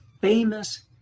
famous